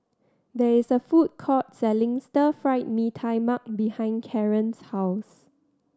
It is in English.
there is a food court selling Stir Fried Mee Tai Mak behind Karon's house